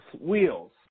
wheels